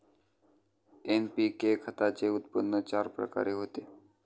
NPK खताचे उत्पन्न चार प्रकारे होते